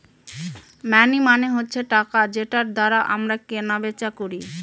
মানি মানে হচ্ছে টাকা যেটার দ্বারা আমরা কেনা বেচা করি